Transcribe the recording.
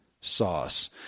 sauce